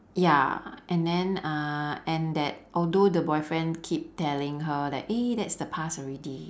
ya and then uh and that although the boyfriend keep telling her that eh that's the past already